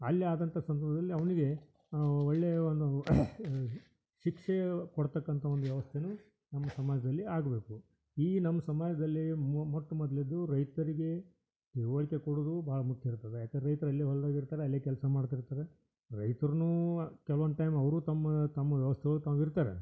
ಅಲ್ಲಿ ಆದಂಥ ಸಂದರ್ಭ್ದಲ್ಲಿ ಅವನಿಗೆ ಒಳ್ಳೆಯ ಒಂದು ಶಿಕ್ಷೆ ಕೊಡತಕ್ಕಂಥ ಒಂದು ವ್ಯವಸ್ಥೆಯೂ ನಮ್ಮ ಸಮಾಜದಲ್ಲಿ ಆಗಬೇಕು ಈ ನಮ್ಮ ಸಮಾಜದಲ್ಲಿ ಮೊಟ್ಟ ಮೊದ್ಲಿಂದು ರೈತರಿಗೆ ತಿಳಿವಳ್ಕೆ ಕೊಡುವುದು ಭಾಳ ಮುಖ್ಯ ಇರ್ತದೆ ಯಾಕಂದ್ರೆ ರೈತ್ರು ಅಲ್ಲೇ ಹೊಲ್ದಾಗೆ ಇರ್ತಾರೆ ಅಲ್ಲೇ ಕೆಲಸ ಮಾಡ್ತಿರ್ತಾರೆ ರೈತ್ರು ಕೆಲ್ವೊಂದು ಟೈಮ್ ಅವರು ತಮ್ಮ ತಮ್ಮ ವ್ಯವಸ್ಥೆಯೊಳಗೆ ತಾವು ಇರ್ತಾರೆ